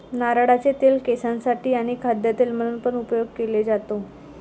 नारळाचे तेल केसांसाठी आणी खाद्य तेल म्हणून पण उपयोग केले जातो